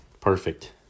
Perfect